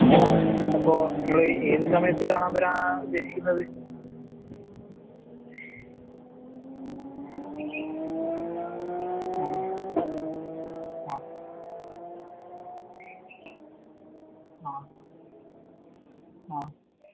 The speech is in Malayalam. ആ അപ്പോൾ നിങ്ങൾ ഏത് സമയത്ത് കാണാൻ വരാനാണ് ഉദ്ദേശിക്കുന്നത് ആ ആ ആ ആ